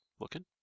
looking